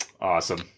Awesome